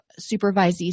supervisees